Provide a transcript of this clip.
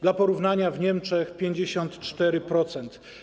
Dla porównania w Niemczech - 54%.